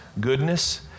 goodness